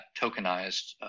tokenized